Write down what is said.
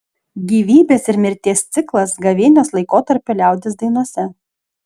gyvybės ir mirties ciklas gavėnios laikotarpio liaudies dainose